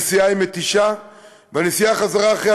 הנסיעה היא מתישה והנסיעה חזרה אחרי